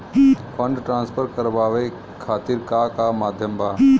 Fund transfer करवाये खातीर का का माध्यम बा?